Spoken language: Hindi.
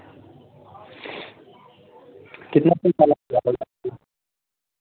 कितना पैसा लग जाएगा